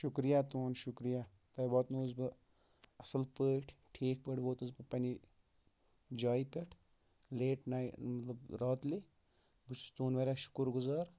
شُکریہ تُہُنٛد شُکریہ تۄہہِ واتنووس بہٕ اَصٕل پٲٹھۍ ٹھیٖک پٲٹھۍ ووتُس بہٕ پنٛنہِ جاے پٮ۪ٹھ لیٹ نایٹ مطلب راتلہِ بہٕ چھُس تُہُنٛد واریاہ شُکُر گُزار